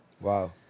Wow